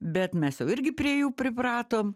bet mes jau irgi prie jų pripratom